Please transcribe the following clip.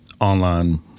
online